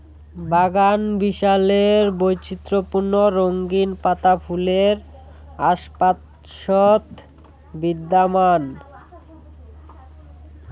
বাগানবিলাসের বৈচিত্র্যপূর্ণ রঙিন পাতা ফুলের আশপাশত বিদ্যমান